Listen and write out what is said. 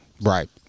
Right